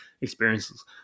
experiences